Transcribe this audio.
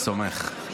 סומך, סומך.